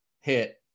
hit